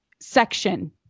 section